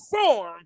form